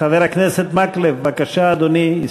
חבר הכנסת מקלב, בבקשה, אדוני.